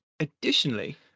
Additionally